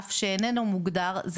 אף שאיננו מוגדר,